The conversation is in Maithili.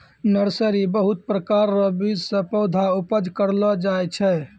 नर्सरी बहुत प्रकार रो बीज से पौधा उपज करलो जाय छै